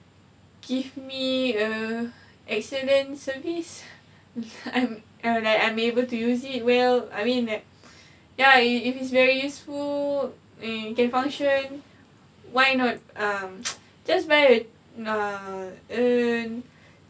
give me err excellent service and I I'm able to use it well I mean that ya if it's very useful and can function why not um just buy err knowledge and